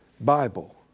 Bible